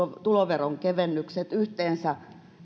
tuloveronkevennykset yhteensä